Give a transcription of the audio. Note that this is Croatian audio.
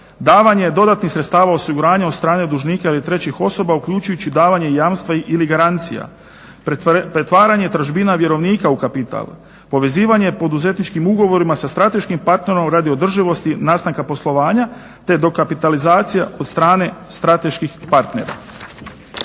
davanje dodatnih sredstava u osiguranje od strane dužnika ili trećih osoba, uključujući davanje jamstava ili garancija. Pretvaranje tražbina vjerovnika u kapital, povezivanje poduzetničkim ugovorima sa strateškim partnerom radi održivosti nastanka poslovanja, te dokapitalizacija od strane strateških partnera.